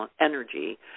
energy